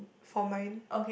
for mine